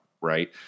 right